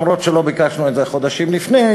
גם אם לא ביקשנו את זה חודשים לפני,